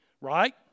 Right